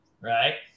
right